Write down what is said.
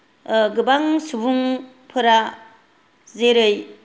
गोबां सुबुंफोरा जेरै